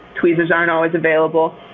tweezers aren't always available.